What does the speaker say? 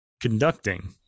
conducting